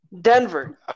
Denver